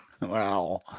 Wow